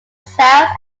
south